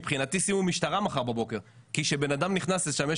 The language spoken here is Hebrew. מבחינתי שימו שם משטרה מחר בבוקר כי בן אדם שנכנס לשם,